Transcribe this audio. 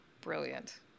Brilliant